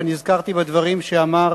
ונזכרתי בדברים שאמר